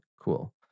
Cool